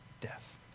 death